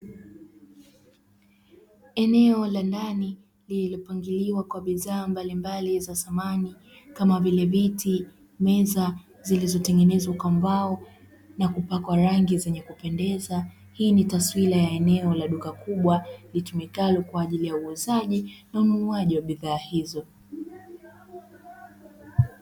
Eneo la ndani lililopangiliwa kwa bidhaa mbalimbali za samani kama vile viti, meza zilizotengenezwa kwa mbao na kupakwa rangi zenye kupendeza. Hii ni taswira ya eneo la duka kubwa litumikalo kwaajili ya uuzaji na ununuaji wa bidhaa hizo.